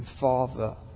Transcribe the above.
Father